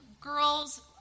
Girls